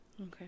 Okay